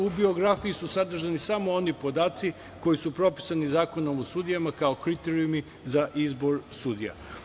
U biografiji su sadržani samo oni podaci koji su propisani Zakonom o sudijama, kao kriterijumi za izbor sudija.